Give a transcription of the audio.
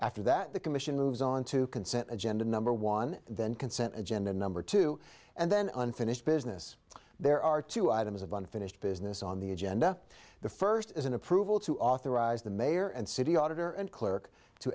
after that the commission moves on to consent agenda number one then consent agenda number two and then unfinished business there are two items of unfinished business on the agenda the first is an approval to authorize the mayor and city auditor and clerk to